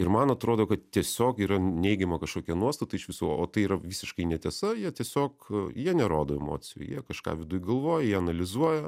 ir man atrodo kad tiesiog yra neigiama kažkokia nuostata iš viso o tai yra visiškai netiesa jie tiesiog jie nerodo emocijų jie kažką viduj galvoja jie analizuoja